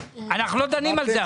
אנחנו לא דנים על זה עכשיו.